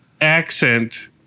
accent